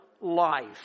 life